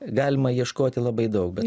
galima ieškoti labai daug bet